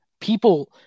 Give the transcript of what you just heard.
People